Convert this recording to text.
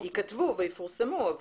האלה ייכתבו ויפורסמו,